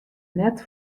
net